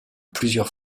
plusieurs